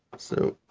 so,